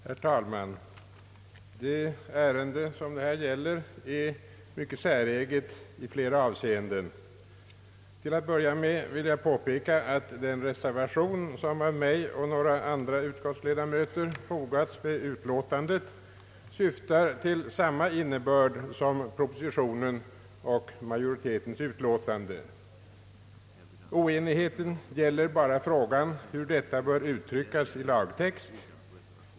Herr talman! Detta ärende är mycket säreget i flera avseenden. Till att börja med vill jag påpeka att den reservation som av mig och några andra ledamöter fogats till utlåtandet har samma syfte som propositionen och majoritetens utlåtande. Oenigheten gäller bara frågan hur denna bör uttryckas i lagtext.